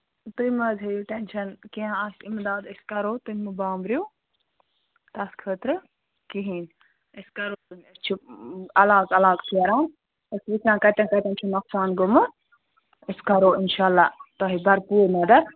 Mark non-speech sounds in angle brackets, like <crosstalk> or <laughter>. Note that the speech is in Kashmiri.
تُہۍ مہ حظ ہیٚیُو ٹٮ۪نٛشَن کیٚنہہ آسہِ اِمداد أسۍ کرو تُہۍ مہٕ بامبرِو تَتھ خٲطرٕ کِہیٖنۍ أسۍ کرو <unintelligible> أسۍ چھِ علاقہٕ علاقہٕ شیران أسۍ چھِ وٕچھان کَتٮ۪ن کَتٮ۪ن چھُ نۄقصان گوٚمُت أسۍ کرو اِنشاء اللہ تۄہہِ بھرپوٗر مَدت